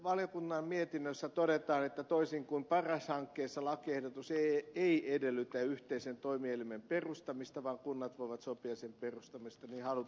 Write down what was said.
valiokunnan mietinnössä todetaan että toisin kuin paras hankkeessa lakiehdotus ei edellytä yhteisen toimielimen perustamista vaan kunnat voivat sopia sen perustamisesta niin halutessaan